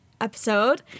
episode